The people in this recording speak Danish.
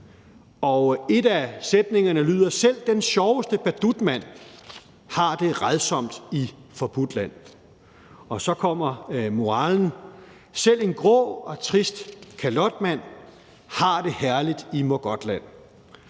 Og en af sætningerne lyder: »Selv den sjoveste badutmand/ har det rædsomt i Forbudtland«. Og så kommer moralen: »Selv en grå og trist kalotmand/ har det herligt i Mågodtland«.